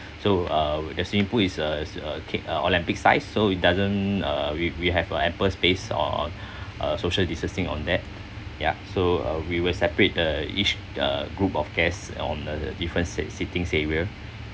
so uh the swimming pool is uh uh ki~ Olympic size so it doesn't uh we we have a ample space on uh social distancing on that ya so uh we will separate the each uh group of guests on a different sit~ sitting area